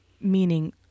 meaning